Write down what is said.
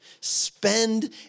spend